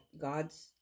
God's